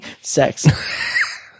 Sex